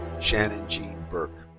shannon jean burke.